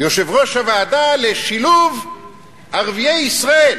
יושב-ראש הוועדה לשילוב ערביי ישראל,